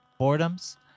Boredoms